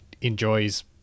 enjoys